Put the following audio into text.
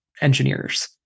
engineers